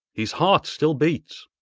his heart still beats